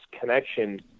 connection